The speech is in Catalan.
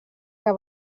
que